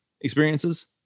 experiences